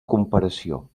comparació